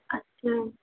اچھا